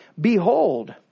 Behold